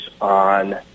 on